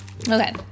Okay